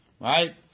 Right